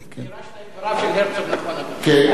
פירשת את דבריו של הרצוג נכון, אדוני.